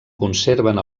conserven